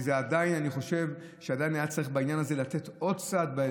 ועדיין אני חושב שבעניין הזה היה צריך לתת עוד סעד,